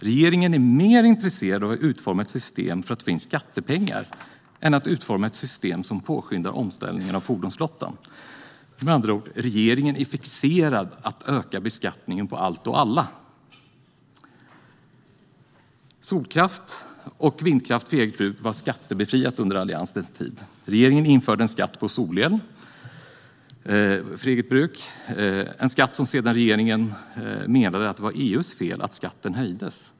Regeringen är mer intresserad av att utforma ett system för att få in skattepengar än att utforma ett system som påskyndar omställningen av fordonsflottan. Regeringen är med andra ord fixerad vid att öka beskattningen av allt och alla. Solkraft och vindkraft för eget bruk var skattebefriat under Alliansens tid. Regeringen införde en skatt på solel för eget bruk. Man menade sedan att det var EU:s fel att skatten höjdes.